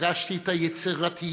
פגשתי את היצירתיות,